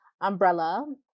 umbrella